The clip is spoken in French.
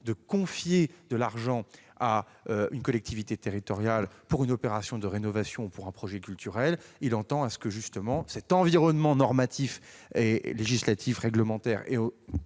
de confier de l'argent à une collectivité territoriale pour une opération de rénovation, pour un projet culturel, il entend que l'environnement normatif, législatif, réglementaire